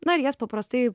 na ir jas paprastai